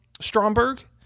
Stromberg